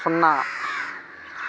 సున్నా